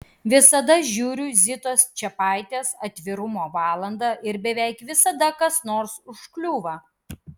visada žiūriu zitos čepaitės atvirumo valandą ir beveik visada kas nors užkliūva